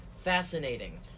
fascinating